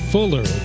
Fuller